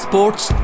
Sports